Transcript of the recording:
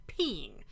peeing